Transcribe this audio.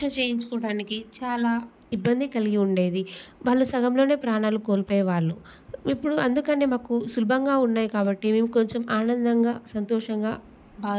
త్స చేయించుకోవటానికి చాలా ఇబ్బంది కలిగి ఉండేది వాళ్ళు సగంలోనే ప్రాణాలు కోల్పోయేవాళ్ళు ఇప్పుడు అందుకనే మాకూ సులభంగా ఉన్నాయి కాబట్టి మేము కొంచెం ఆనందంగా సంతోషంగా